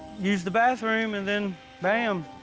use the bathroom, and then bam,